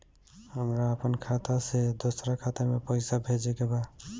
हमरा आपन खाता से दोसरा खाता में पइसा भेजे के बा